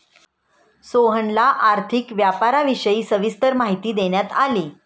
सोहनला आर्थिक व्यापाराविषयी सविस्तर माहिती देण्यात आली